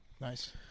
Nice